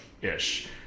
ish